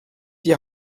die